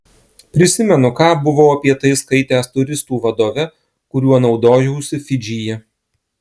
prisimenu ką buvau apie tai skaitęs turistų vadove kuriuo naudojausi fidžyje